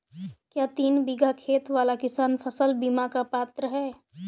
क्या तीन बीघा खेत वाला किसान फसल बीमा का पात्र हैं?